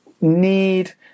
need